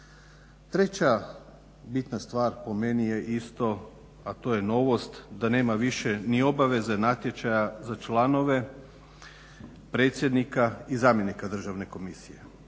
Treća bitna stvar po meni je isto a to je novost da nema više ni obaveze natječaja za članove predsjednika i zamjenika Državne komisije.